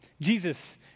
Jesus